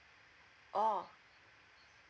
oh